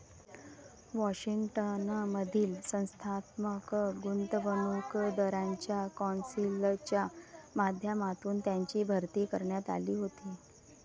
Washington मधील संस्थात्मक गुंतवणूकदारांच्या कौन्सिलच्या माध्यमातून त्यांची भरती करण्यात आली होती